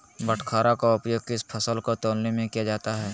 बाटखरा का उपयोग किस फसल को तौलने में किया जाता है?